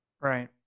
Right